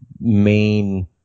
main